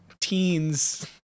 teens